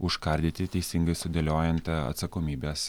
užkardyti teisingai sudėliojant atsakomybes